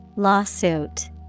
lawsuit